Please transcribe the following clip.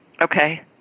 Okay